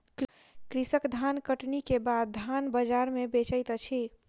कृषक धानकटनी के बाद धान बजार में बेचैत अछि